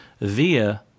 via